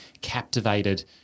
captivated